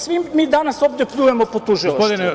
Svi mi danas ovde pljujemo po Tužilaštvu.